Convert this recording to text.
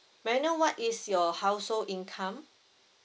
may I know what is your household income